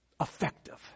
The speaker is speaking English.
effective